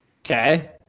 okay